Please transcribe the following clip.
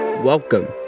Welcome